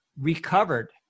recovered